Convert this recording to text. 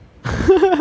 腿毛 mah